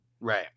Right